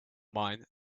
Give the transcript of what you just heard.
mind